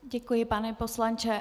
Děkuji, pane poslanče.